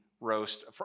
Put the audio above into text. roast